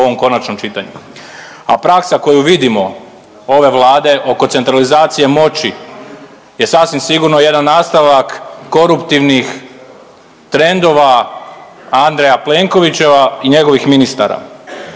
ovaj zakon u ovom konačnom čitanju. A praksa koju vidimo ove Vlade oko centralizacije moći je sasvim sigurno jedan nastavak koruptivnih trendova Andreja Plenkovića i njegovih ministara.